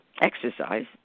exercise